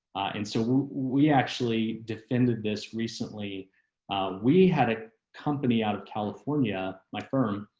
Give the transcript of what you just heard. and so we actually defended this recently we had a company out of california. my firm,